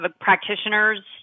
practitioners